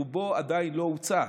רובו עדיין לא הוצא,